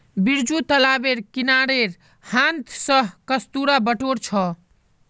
बिरजू तालाबेर किनारेर हांथ स कस्तूरा बटोर छ